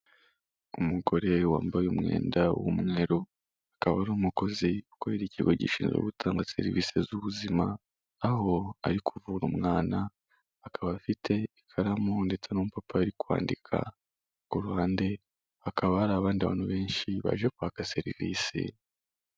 Umugore wambaye umwenda w'umweru akaba ari umukozi ukorera ikigo gishinzwe gutanga serivisi z'ubuzima, aho ari kuvura umwana akaba afite ikaramu ndetse n'urupapuro ari kwandika, ku ruhande hakaba hari abandi bantu benshi baje kwaka serivise.